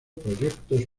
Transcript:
proyectos